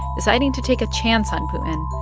deciding to take a chance on putin,